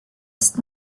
ist